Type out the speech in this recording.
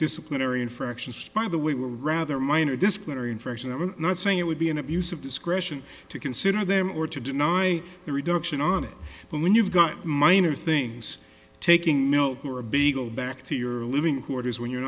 disciplinary infractions by the way were rather minor disciplinary infractions i'm not saying it would be an abuse of discretion to consider them or to deny the reduction on it but when you've got minor things taking milk or a bagel back to your living quarters when you're